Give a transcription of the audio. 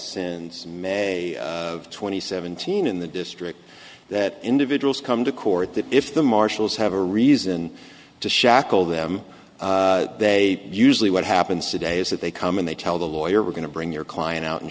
since may twenty seventeen in the district that individuals come to court that if the marshals have a reason to shackle them they usually what happens today is that they come and they tell the lawyer we're going to bring your client out